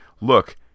look